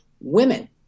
Women